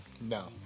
No